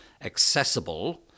accessible